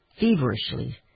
feverishly